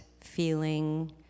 feeling